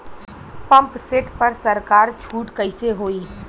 Pump set पर सरकार छूट कईसे होई?